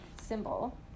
symbol